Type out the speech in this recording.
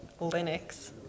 Linux